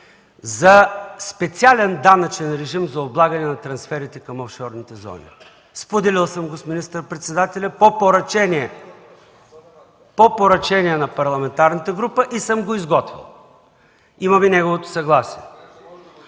за специален данъчен режим за облагане на трансферите към офшорните зони. Споделил съм го с министър-председателя по поръчение на парламентарната група и съм го изготвил. Имаме и неговото съгласие.